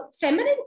feminine